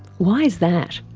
why is that?